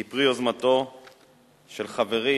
היא פרי יוזמתו של חברי